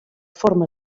forma